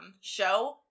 show